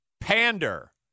pander